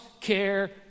care